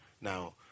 Now